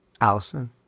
Allison